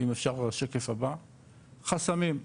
חסמים,